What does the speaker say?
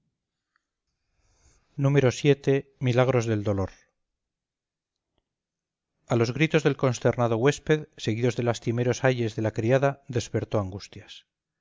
vii milagros del dolor a los gritos del consternado huésped seguidos de lastimeros ayes de la criada despertó angustias